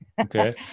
okay